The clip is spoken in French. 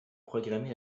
programmé